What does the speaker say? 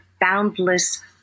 Boundless